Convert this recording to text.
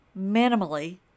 minimally